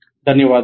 ధన్యవాదాలు